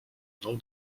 know